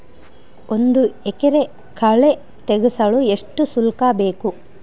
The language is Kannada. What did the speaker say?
ಒಂದು ಎಕರೆ ಕಳೆ ತೆಗೆಸಲು ಎಷ್ಟು ಶುಲ್ಕ ಬೇಕು?